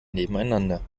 nebeneinander